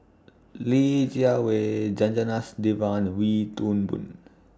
Li Jiawei Janadas Devan and Wee Toon Boon